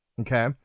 Okay